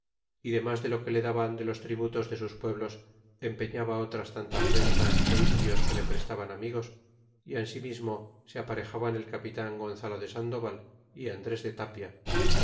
y demas de lo que le daban de los tributos de sus pueblos empeñaba otras rentas é indios que le prestaban amigos y ansimismo se aparejaban el capitan gonzalo de sandoval y andres de tapia